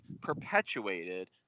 perpetuated